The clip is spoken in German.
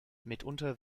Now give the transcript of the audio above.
mitunter